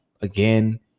Again